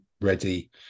ready